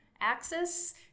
axis